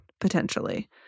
potentially